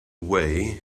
away